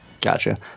Gotcha